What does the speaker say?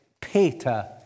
Peter